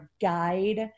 guide